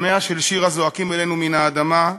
דמיה של שירה זועקים אלינו מן האדמה.